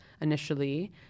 initially